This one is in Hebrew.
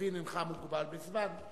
אינך מוגבל בזמן.